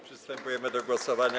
Przystępujemy do głosowania.